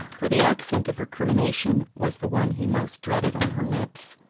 for the accent of recrimination was the one he most dreaded on her lips.